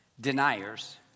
deniers